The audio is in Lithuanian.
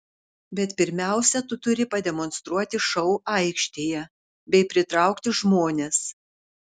bet pirmiausia tu turi pademonstruoti šou aikštėje bei pritraukti žmones